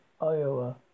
Iowa